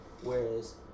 Whereas